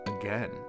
again